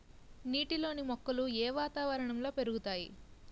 నీటిలోని మొక్కలు ఏ వాతావరణంలో పెరుగుతాయి?